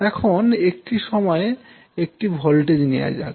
এখন একটি সময়ে একটি ভোল্টেজ নেওয়া যাক